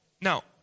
Now